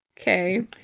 Okay